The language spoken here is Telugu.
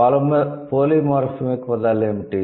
పాలిమోర్ఫెమిక్ పదాలు ఏమిటి